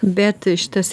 bet šitas